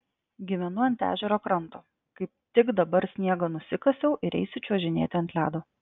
gyvenu ant ežero kranto kaip tik dabar sniegą nusikasiau ir eisiu čiuožinėti ant ledo